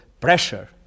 pressure